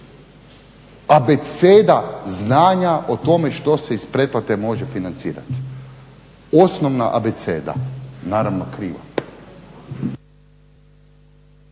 Abeceda znanja što se iz pretplate može financirati, osnovno abeceda, naravno krivo.